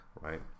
right